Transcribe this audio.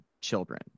children